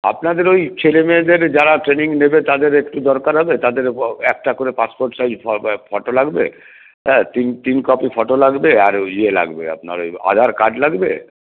আপনাদের ওই ছেলেমেয়েদের যারা ট্রেনিং নেবে তাঁদের একটু দরকার হবে তাদের একটা করে পাসপোর্ট সাইজ ফটো লাগবে হ্যাঁ তিন তিন কপি ফটো লাগবে আর ইয়ে লাগবে আপনার ওই আধার কার্ড লাগবে